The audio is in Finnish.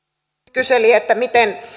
kyseli miten